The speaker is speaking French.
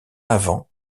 avant